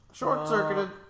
Short-circuited